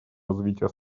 развития